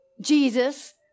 Jesus